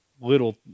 little